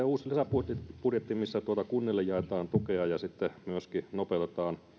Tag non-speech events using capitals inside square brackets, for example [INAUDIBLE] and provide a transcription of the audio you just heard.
[UNINTELLIGIBLE] uusi lisäbudjetti missä kunnille jaetaan tukea ja sitten myöskin nopeutetaan